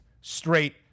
straight